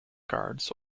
cards